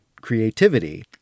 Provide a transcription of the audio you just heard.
creativity